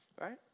Right